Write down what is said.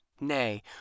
Nay